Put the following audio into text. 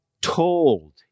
told